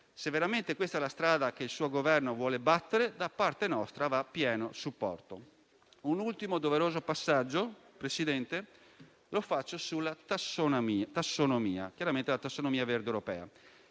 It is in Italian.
Se veramente questa è la strada che il suo Governo vuole battere, da parte nostra avrà pieno supporto. Un ultimo doveroso passaggio, signor Presidente, lo faccio sulla tassonomia verde europea.